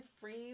free